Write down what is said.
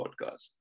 podcast